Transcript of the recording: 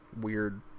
weird